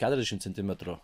keturiasdešim centimetrų